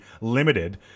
Limited